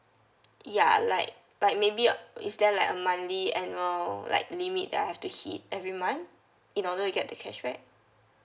ya like like maybe is there like a monthly annual like limit that I have to hit every month in order to get the cashback